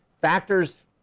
Factors